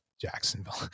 Jacksonville